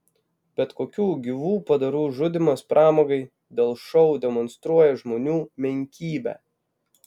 bet kokių gyvų padarų žudymas pramogai dėl šou demonstruoja žmonių menkybę